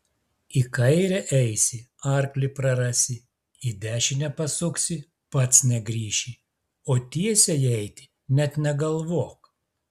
į kairę eisi arklį prarasi į dešinę pasuksi pats negrįši o tiesiai eiti net negalvok